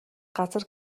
газар